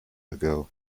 ago